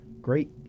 Great